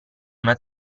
una